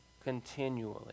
continually